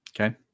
Okay